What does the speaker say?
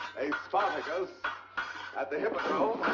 a spartacus at the hippodrome.